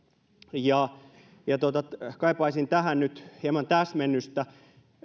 ja ja kaipaisin tähän nyt hieman täsmennystä